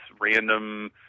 random